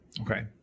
Okay